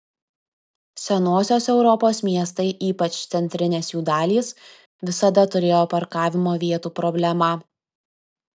senosios europos miestai ypač centrinės jų dalys visada turėjo parkavimo vietų problemą